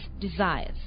desires